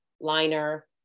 liner